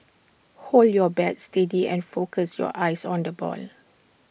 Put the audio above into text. hold your bat steady and focus your eyes on the ball